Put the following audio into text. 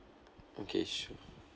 okay sure